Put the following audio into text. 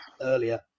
earlier